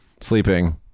sleeping